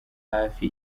hafi